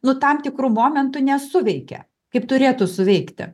nu tam tikru momentu nesuveikė kaip turėtų suveikti